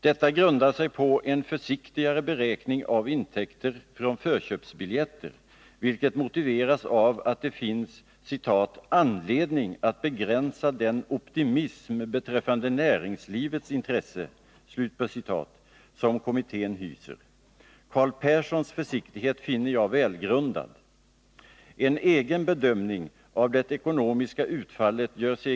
Detta grundar sig på en försiktigare beräkning av intäkter från förköpsbiljetter, vilket motiveras av att det finns ”anledning att begränsa den optimism beträffande näringslivets intresse” som kommittén hyser. Carl Perssons försiktighet finner jag välgrundad. En egen bedömning av det ekonomiska utfallet gör C.